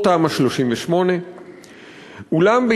ותמ"א 38. ואולם,